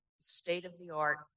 state-of-the-art